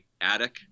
attic